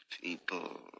people